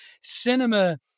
cinema